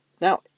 Now